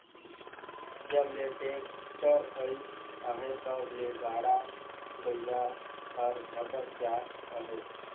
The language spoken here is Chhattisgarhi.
जब ले टेक्टर अइस अहे तब ले गाड़ा बइला हर छपत जात अहे